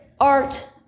art